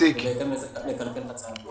ובהתאם לכלכל את צעדיך.